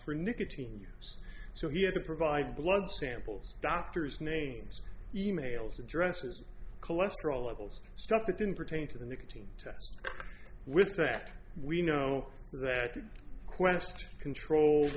for nicotine use so he had to provide blood samples doctors names e mails addresses cholesterol levels stuff that didn't pertain to the nicotine test with that we know that quest controls